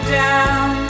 down